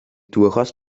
durchaus